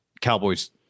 Cowboys